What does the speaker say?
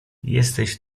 jesteś